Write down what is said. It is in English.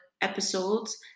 episodes